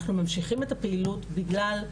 אנחנו ממשיכים את הפעילות בגלל,